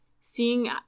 seeing